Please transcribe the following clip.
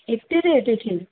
ଏତେ ରେଟ୍ ଏଠି